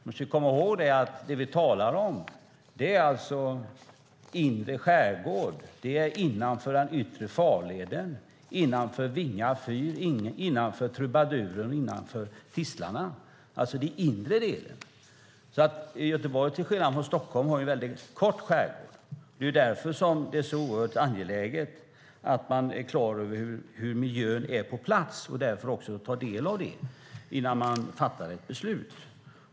Man ska komma ihåg att det vi talar om är inre skärgård, innanför den yttre farleden, innanför Vinga fyr, innanför Trubaduren och Tistlarna, alltså den inre delen. Göteborg har till skillnad från Stockholm en liten skärgård. Det är därför som det är så oerhört angeläget att man är klar över hur miljön är på plats innan man fattar ett beslut.